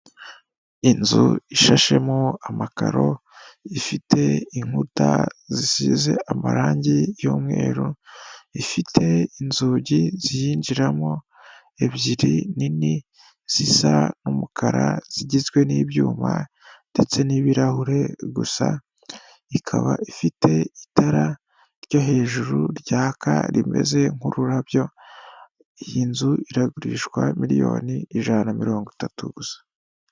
Inzu ishashemo amakaro ifite inkuta zisize amarangi y'umweru, ifite inzugi ziyinjiramo ebyiri nini zisa n'umukara zigizwe n'ibyuma ndetse n'ibirahure gusa, ikaba ifite itara ryo hejuru ryaka rimeze nk'ururabyo iyi nzu iragurishwa miliyoni ijana na mirongo itatu gusa.